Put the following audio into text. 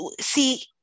see